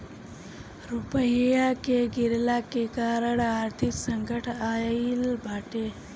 रुपया के गिरला के कारण आर्थिक संकट आईल बाटे